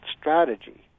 strategy